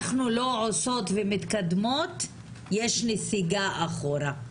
אנחנו לא עושות ומתקדמות - יש נסיגה אחורה.